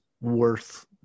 worth